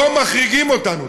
פה מחריגים אותנו.